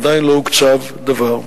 עדיין לא הוקצב דבר,